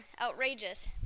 Outrageous